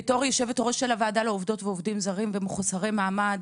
בתור היושבת-ראש של הוועדה לעובדות ועובדים זרים ומחוסרי מעמד,